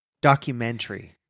documentary